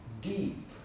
deep